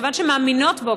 כיוון שהן מאמינות בה,